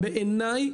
בעיני,